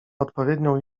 odpowiednią